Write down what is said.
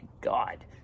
God